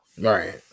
Right